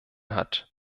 hat